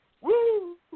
Woo